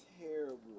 terrible